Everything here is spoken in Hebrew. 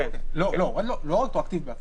לא רטרואקטיבית בהפרה.